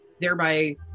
thereby